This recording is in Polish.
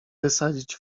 wysadzić